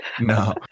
no